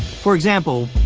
for example,